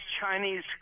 Chinese